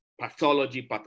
pathology